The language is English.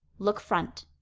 look front,